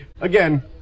again